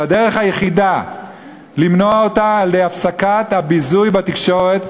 שהדרך היחידה למנוע אותה היא הפסקת הביזוי בתקשורת.